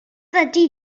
ydy